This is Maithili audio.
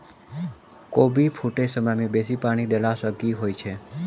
कोबी फूटै समय मे बेसी पानि देला सऽ की होइ छै?